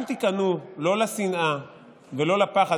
אל תיכנעו לא לשנאה ולא לפחד,